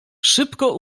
szybko